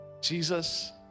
Jesus